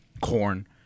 corn